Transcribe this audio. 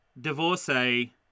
divorcee